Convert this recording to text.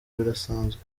birasanzwe